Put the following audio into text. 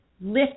lift